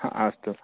अस्तु